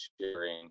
sharing